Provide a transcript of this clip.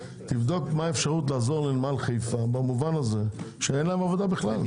תבדוק מה האפשרות לעזור לנמל חיפה במובן הזה שאין להם עבודה בכלל.